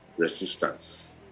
resistance